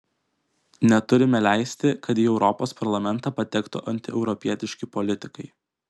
neturime leisti kad į europos parlamentą patektų antieuropietiški politikai